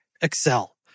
Excel